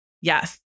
Yes